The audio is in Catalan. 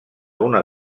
una